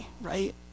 right